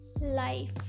life